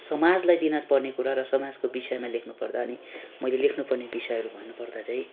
समाजलाई दिनुपर्ने कुरा र समाजको विषयमा लेख्नुपर्दा अनि मैले लेख्नु पर्ने विषयहरू भन्नु पर्दा चाहिँ